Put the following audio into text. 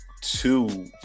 two